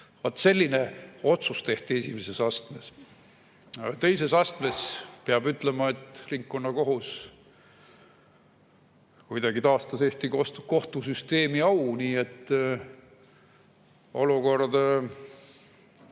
selline otsus tehti esimeses astmes. Teises astmes, peab ütlema, ringkonnakohus kuidagi taastas Eesti kohtusüsteemi au. Olukord